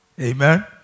amen